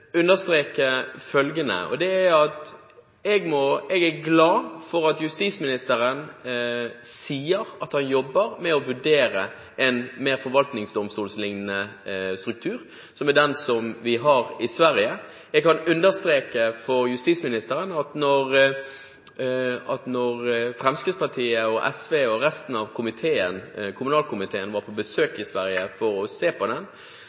Jeg er glad for at justisministeren sier at han jobber med å vurdere en mer forvaltningsdomstolslignende struktur, som er det de har i Sverige. Jeg kan understreke for justisministeren at da Fremskrittspartiet, SV og resten av kommunalkomiteen var på besøk i Sverige for å se på